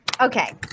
Okay